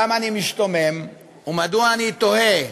למה אני משתומם ומדוע אני תוהה